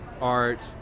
art